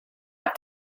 have